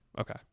Okay